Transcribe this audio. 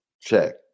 check